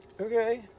Okay